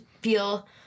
feel